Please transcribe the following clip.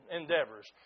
endeavors